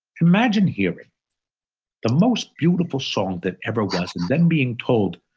imagine hearing the most beautiful song that ever was then being told,